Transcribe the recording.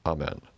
Amen